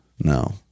no